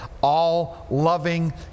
all-loving